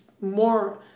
more